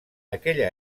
aquella